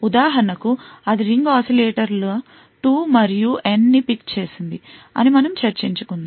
ఉదాహరణకు అది ring oscillator ల 2 మరియు N ని పిక్ చేసింది అని మనము చేర్చించుకుందాం